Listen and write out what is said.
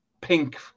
pink